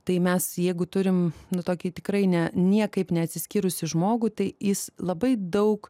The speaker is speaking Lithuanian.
tai mes jeigu turim nu tokį tikrai ne niekaip neatsiskyrusį žmogų tai jis labai daug